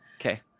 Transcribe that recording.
okay